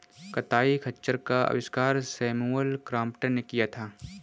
कताई खच्चर का आविष्कार सैमुअल क्रॉम्पटन ने किया था